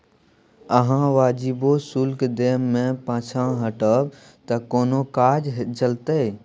अहाँ वाजिबो शुल्क दै मे पाँछा हटब त कोना काज चलतै